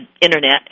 internet